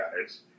guys